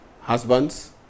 Husbands